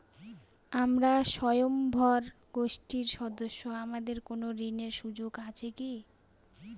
আমরা স্বয়ম্ভর গোষ্ঠীর সদস্য আমাদের কোন ঋণের সুযোগ আছে কি?